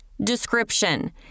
Description